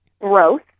growth